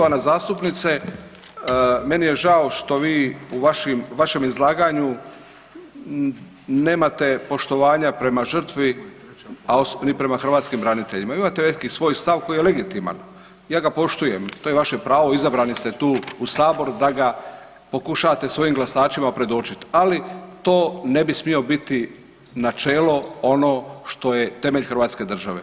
Da, poštovana zastupnice, meni je žao što vi u vašem izlaganju nemate poštovanja prema žrtvi ni prema hrvatskim braniteljima, vi imate neki svoj stav koji je legitiman, ha ga poštujem, to je vaše pravo, izabrani ste tu u Saboru da ga pokušate svojim glasačima predočiti ali to ne bi smio biti načelo ono što je temelj hrvatske države.